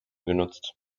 genutzt